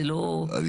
זה קצת מורכב.